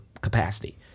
capacity